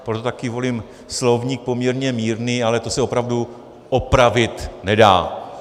Proto také volím slovník poměrně mírný, ale to se opravdu opravit nedá.